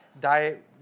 diet